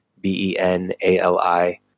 B-E-N-A-L-I